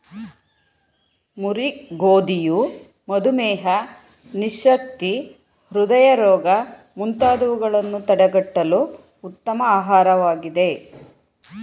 ಮುರಿ ಗೋಧಿಯು ಮಧುಮೇಹ, ನಿಶಕ್ತಿ, ಹೃದಯ ರೋಗ ಮುಂತಾದವುಗಳನ್ನು ತಡಗಟ್ಟಲು ಉತ್ತಮ ಆಹಾರವಾಗಿದೆ